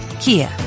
Kia